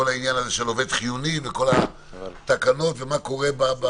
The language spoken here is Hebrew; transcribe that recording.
העניין הזה של עובד חיוני וכל התקנות ומה קורה.